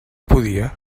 podia